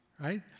right